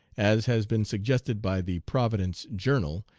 as has been suggested by the providence journal,